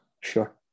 sure